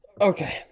okay